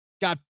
got